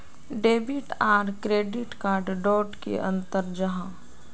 Debit आर credit card डोट की अंतर जाहा?